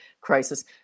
crisis